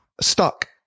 Stuck